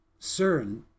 CERN